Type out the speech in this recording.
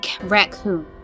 raccoon